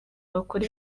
bakora